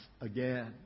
again